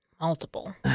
Multiple